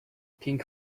pink